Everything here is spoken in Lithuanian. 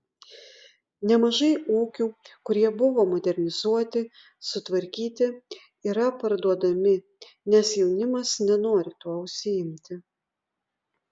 nemažai ūkių kurie buvo modernizuoti sutvarkyti yra parduodami nes jaunimas nenori tuo užsiimti